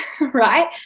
right